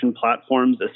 platforms